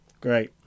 Great